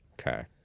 Okay